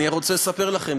אני רוצה לספר לכם,